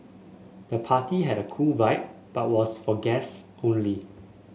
the party had a cool vibe but was for guests only